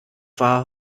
war